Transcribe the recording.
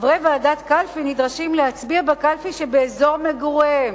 חברי ועדת קלפי נדרשים להצביע בקלפי שבאזור מגוריהם.